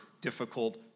difficult